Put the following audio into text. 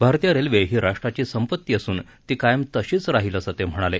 भारतीय रेल्वे हि राष्ट्राची संपत्ती असून ती कायम तशीच राहील असं ते म्हणाले